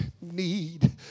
need